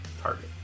target